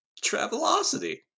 travelocity